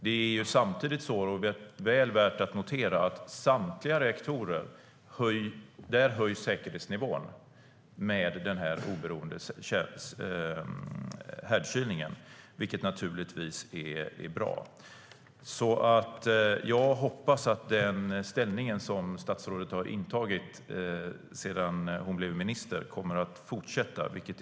Det är väl värt att notera att säkerhetsnivån höjs i samtliga reaktorer genom den oberoende härdkylningen, vilket naturligtvis är bra. Jag hoppas att statsrådet kommer att behålla den ställning hon intagit sedan hon blev minister.